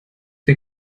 wir